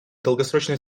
долгосрочной